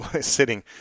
sitting